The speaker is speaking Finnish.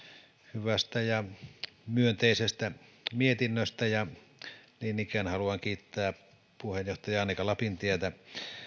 hyvästä ja myönteisestä mietinnöstä ja niin ikään haluan kiittää puheenjohtaja annika lapintietä